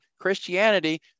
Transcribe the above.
Christianity